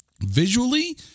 Visually